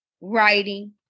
writing